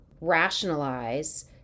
rationalize